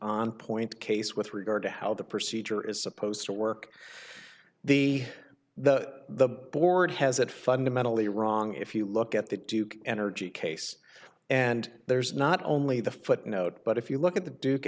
on point case with regard to how the procedure is supposed to work the the board has it fundamentally wrong if you look at the duke energy case and there's not only the footnote but if you look at the duke